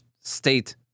state